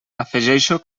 afegeixo